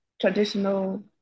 traditional